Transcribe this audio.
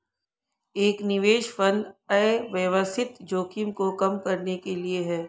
एक निवेश फंड अव्यवस्थित जोखिम को कम करने के लिए है